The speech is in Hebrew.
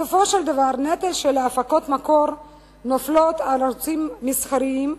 בסופו של דבר הנטל של הפקות המקור נופל על ערוצים מסחריים,